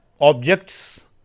objects